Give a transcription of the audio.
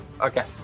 Okay